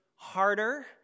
harder